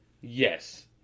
yes